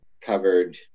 covered